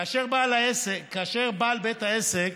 כאשר בעל בית העסק